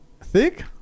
Thick